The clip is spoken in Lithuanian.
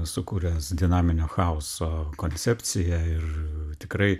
sukūręs dinaminio chaoso koncepciją ir tikrai